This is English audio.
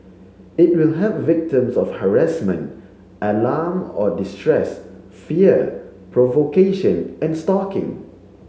it will help victims of harassment alarm or distress fear provocation and stalking